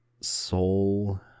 soul